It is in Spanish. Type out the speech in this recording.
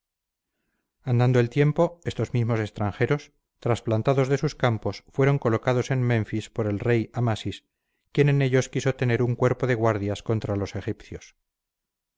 andando el tiempo éstos mismos extranjeros transplantados de sus campos fueron colocados en menfis por el rey amasis quien en ellos quiso tener un cuerpo de guardias contra los egipcios